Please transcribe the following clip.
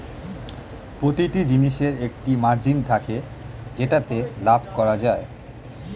প্রতিটি জিনিসের একটা মার্জিন থাকে যেটাতে লাভ করা যায়